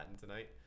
tonight